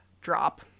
drop